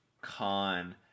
con